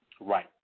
Right